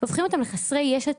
אבל הופכים אותם לחסרי ישע,